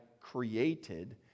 created